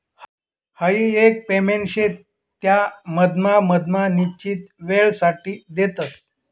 हाई एक पेमेंट शे त्या मधमा मधमा निश्चित वेळसाठे देतस